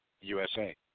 USA